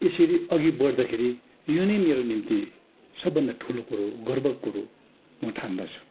यसरी अघि बढ्दाखेरि यो नै मेरो निम्ति सबभन्दा ठुलो कुरो गर्वको कुरो म ठान्दछु